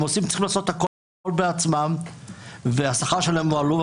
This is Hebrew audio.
הם צריכים לעשות הכול בעצמם והשכר שלהם הוא עלוב,